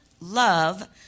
love